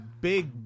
big